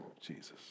Jesus